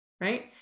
Right